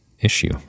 issue